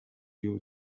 you